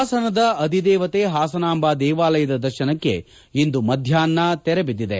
ಹಾಸನದ ಅಧಿದೇವತೆ ಹಾಸನಾಂಬ ದೇವಾಲಯದ ದರ್ಶನಕ್ಕೆ ಇಂದು ಮಧ್ಯಾಹ್ನ ತೆರೆಬಿದ್ದಿದೆ